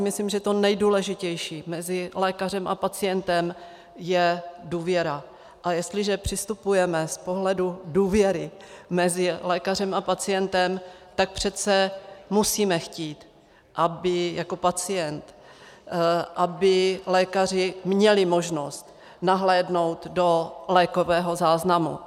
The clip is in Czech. Myslím si, že to nejdůležitější mezi lékařem a pacientem je důvěra, a jestliže přistupujeme z pohledu důvěry mezi lékařem a pacientem, tak přece musíme chtít jako pacienti, aby lékaři měli možnost nahlédnout do lékového záznamu.